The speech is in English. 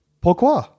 Pourquoi